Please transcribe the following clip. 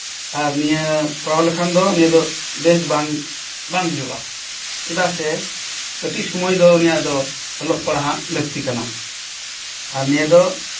ᱟᱨ ᱱᱚᱣᱟ ᱠᱚᱨᱟᱣ ᱞᱮᱠᱷᱟᱱ ᱫᱚ ᱱᱚᱣᱟ ᱫᱚ ᱵᱮᱥ ᱵᱟᱝ ᱦᱩᱭᱩᱜᱼᱟ ᱪᱮᱫᱟᱜ ᱥᱮ ᱠᱟᱹᱴᱤᱡ ᱥᱚᱢᱚᱭ ᱫᱚ ᱩᱱᱤᱭᱟᱜ ᱫᱚ ᱚᱞᱚᱜ ᱯᱟᱲᱦᱟᱜ ᱞᱟᱹᱠᱛᱤ ᱠᱟᱱᱟ ᱟᱨ ᱱᱚᱣᱟ ᱫᱚ